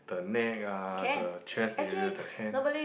the neck ah the chest area the hand